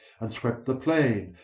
and swept the plain,